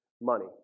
money